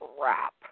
crap